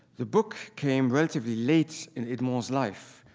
the book came relatively late in edmond's life,